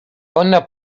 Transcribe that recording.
ona